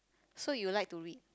so you like to read